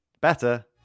Better